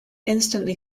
instantly